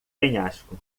penhasco